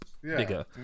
bigger